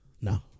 No